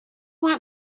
want